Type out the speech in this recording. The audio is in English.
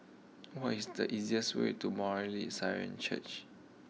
what is the easiest way to Mar Syrian Church